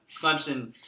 Clemson